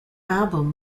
album